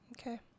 Okay